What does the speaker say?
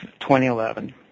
2011